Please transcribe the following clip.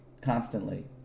constantly